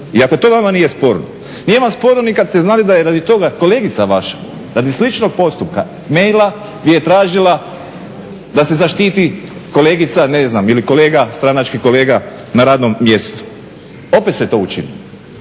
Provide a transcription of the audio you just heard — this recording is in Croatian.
I ako to vama nije sporno, nije vam sporno ni kad ste znali da je radi toga kolegica vaša radi sličnog postupka maila gdje je tražila da se zaštiti kolegica ne znam ili kolega stranački na radnom mjestu. Opet ste to učinili.